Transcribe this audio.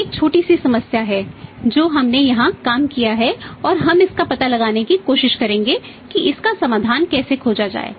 हमें एक छोटी सी समस्या है जो हमने यहां काम किया है और हम इसका पता लगाने की कोशिश करेंगे कि इसका समाधान कैसे खोजा जाए